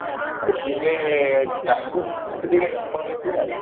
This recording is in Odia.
ଟିକେ ତାହାକୁ ଟିକେ ଆଉ